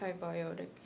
antibiotic